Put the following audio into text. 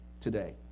today